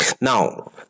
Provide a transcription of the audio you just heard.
now